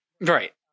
right